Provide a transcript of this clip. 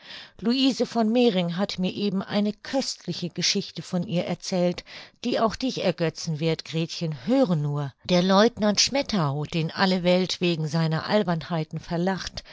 louise von mering hat mir eben eine köstliche geschichte von ihr erzählt die auch dich ergötzen wird gretchen höre nur der lieutenant schmettau den alle welt wegen seiner albernheiten verlacht